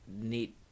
need